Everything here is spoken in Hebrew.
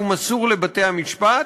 שהוא מסור לבתי-המשפט,